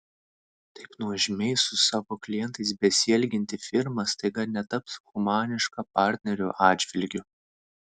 taip nuožmiai su savo klientais besielgianti firma staiga netaps humaniška partnerių atžvilgiu